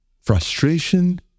frustration